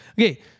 Okay